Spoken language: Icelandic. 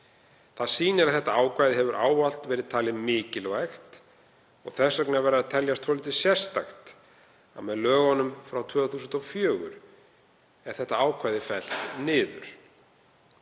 Það sýnir að þetta ákvæði hefur ávallt verið talið mikilvægt. Þess vegna verður að teljast svolítið sérstakt að með lögunum frá 2004 var ákvæðið fellt niður.